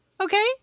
Okay